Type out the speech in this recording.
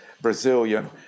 Brazilian